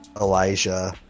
Elijah